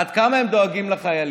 עד כמה הם דואגים לחיילים?